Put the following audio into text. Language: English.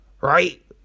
right